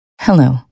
Hello